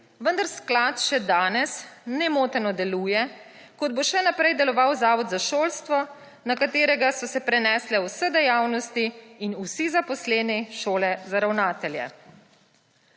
vendar sklad še danes nemoteno deluje, kot bo še naprej deloval Zavod za šolstvo, na katerega so se prenesle vse dejavnosti in vsi zaposleni Šole za ravnatelje.